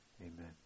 Amen